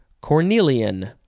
Cornelian